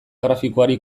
grafikoari